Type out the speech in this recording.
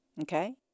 Okay